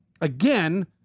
again